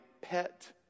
pet